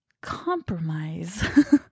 compromise